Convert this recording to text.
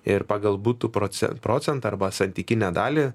ir pagal butų proce procentą arba santykinę dalį